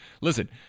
Listen